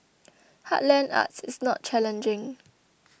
heartland arts is not challenging